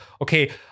okay